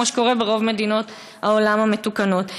כמו שקורה ברוב מדינות העולם המתוקנות.